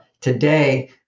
Today